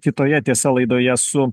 kitoje tiesa laidoje su